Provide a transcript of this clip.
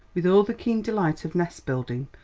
with all the keen delight of nest-building,